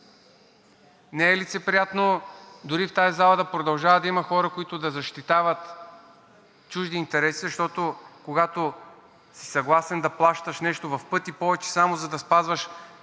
Не е лицеприятно дори в тази зала да продължава да има хора, които да защитават чужди интереси, защото, когато си съгласен да плащаш нещо в пъти повече само за да спазваш,